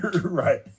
Right